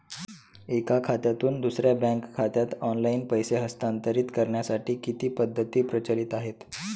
एका खात्यातून दुसऱ्या बँक खात्यात ऑनलाइन पैसे हस्तांतरित करण्यासाठी किती पद्धती प्रचलित आहेत?